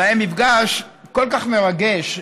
זה היה מפגש כל כך מרגש,